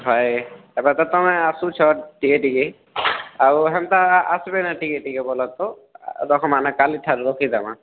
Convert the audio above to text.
ହଏ ଏଥର୍ ତ ତୁମେ ଆସୁଛ ଟିକେ ଟିକେ ଆଉ ହେନ୍ତା ଆସ୍ବେ ଟିକେ ଟିକେ ବୋଲେ ତ ରଖ୍ମା କାଲିଠାରୁ ରଖିଦେବା